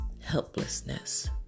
helplessness